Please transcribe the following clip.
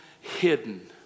hidden